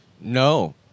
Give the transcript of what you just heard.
no